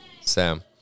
Sam